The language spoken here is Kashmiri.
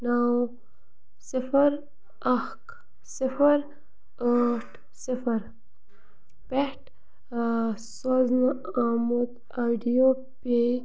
نَو سِفَر اکھ سِفَر ٲٹھ سِفَر پٮ۪ٹھ ٲں سوزنہٕ آمُت آڈیوو پیٚے